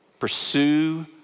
Pursue